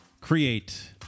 create